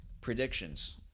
predictions